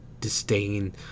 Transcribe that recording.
disdain